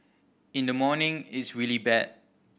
in the morning it's really bad